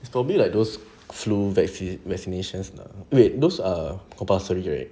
it's probably like those flu vaccine vaccinations lah wait those are compulsory right